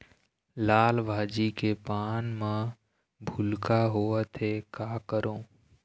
लाल भाजी के पान म भूलका होवथे, का करों?